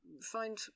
find